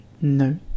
No